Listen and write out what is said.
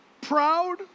proud